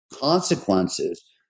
consequences